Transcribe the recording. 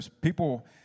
people